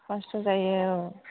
खष्ट जायो औ